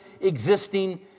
existing